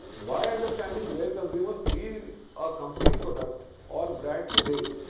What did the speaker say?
by understanding where consumers see a company's product or brand today,